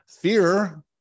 Fear